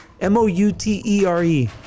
M-O-U-T-E-R-E